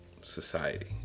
society